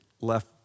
left